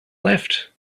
left